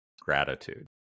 gratitude